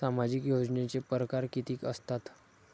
सामाजिक योजनेचे परकार कितीक असतात?